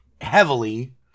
heavily